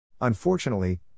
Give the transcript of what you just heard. Unfortunately